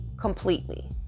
completely